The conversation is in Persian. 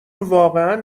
واقعا